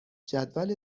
جدول